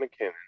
McKinnon